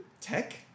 tech